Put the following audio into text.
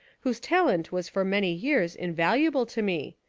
whose talent was for many years invaluable to me,